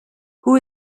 who